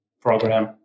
program